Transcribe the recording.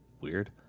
weird